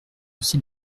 aussi